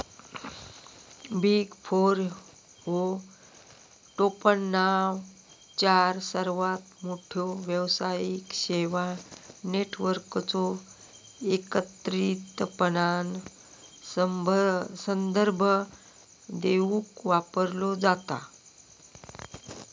big four ह्यो टोपणनाव चार सर्वात मोठ्यो व्यावसायिक सेवा नेटवर्कचो एकत्रितपणान संदर्भ देवूक वापरलो जाता